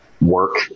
work